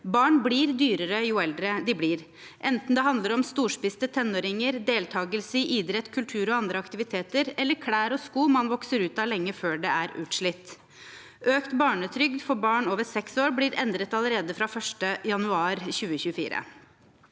Barn blir dyrere jo eldre de blir, enten det handler om storspiste tenåringer, deltakelse i idrett, kultur og andre aktiviteter, eller klær og sko man vokser ut av lenge før det er utslitt. Økt barnetrygd for barn over seks år blir endret allerede fra 1. januar i 2024.